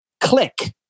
click